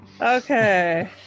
okay